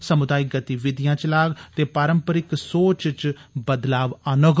समुदायिक गतिविधियां चलाग ते पारम्पारिक सोच च बदलाव आन्नग